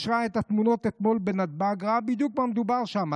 מי שראה את התמונות אתמול בנתב"ג ראה בדיוק על מה מדובר שם,